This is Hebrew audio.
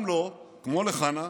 גם לו, כמו לחנה,